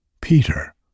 Peter